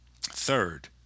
Third